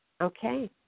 Okay